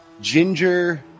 ginger